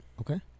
Okay